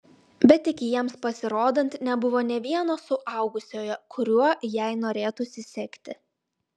bet iki jiems pasirodant nebuvo nė vieno suaugusiojo kuriuo jai norėtųsi sekti